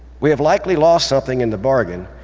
we have likely lost something in the bargain,